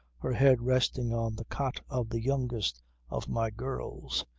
her head resting on the cot of the youngest of my girls.